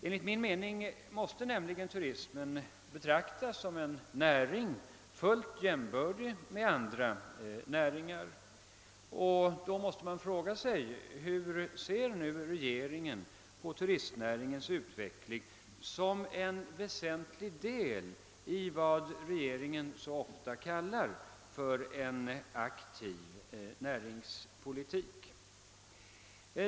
Enligt min mening måste nämligen turismen betraktas som en näring fullt jämbördig med andra näringar, och då frågar man sig: Hur ser regeringen på turistnäringens utveckling som en väsentlig del i vad regeringen så ofta kallar för en aktiv näringspolitik?